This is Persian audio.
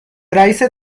رئیست